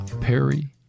Perry